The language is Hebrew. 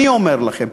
אני אומר לכם,